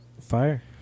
Fire